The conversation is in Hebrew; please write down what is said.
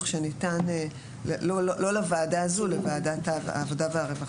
שניתן לא לוועדה הזו לוועדת העבודה והרווחה,